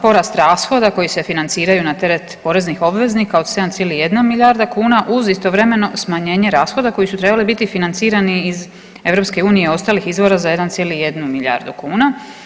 Porast rashoda koji se financiraju na teret poreznih obveznika od 7,1 milijarda kuna uz istovremeno smanjenje rashoda koji su trebali biti financirani iz EU i ostalih izvora za 1,1 milijardu kuna.